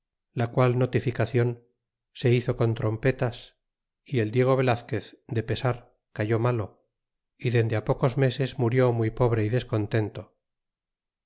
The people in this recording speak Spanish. la qual notificacion se hizo con trompetas y el diego velazquez de pesar cayó malo y dende pocos meses murió muy pobre y descontento